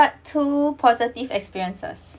two positive experiences